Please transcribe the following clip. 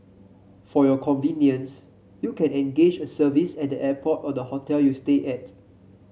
for your convenience you can engage a service at the airport or the hotel you stay at